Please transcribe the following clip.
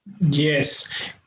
Yes